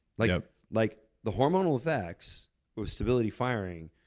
like ah like the hormonal effects of stability firing,